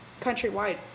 countrywide